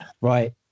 Right